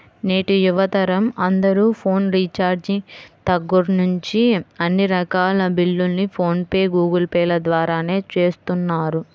నేటి యువతరం అందరూ ఫోన్ రీఛార్జి దగ్గర్నుంచి అన్ని రకాల బిల్లుల్ని ఫోన్ పే, గూగుల్ పే ల ద్వారానే చేస్తున్నారు